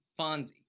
Fonzie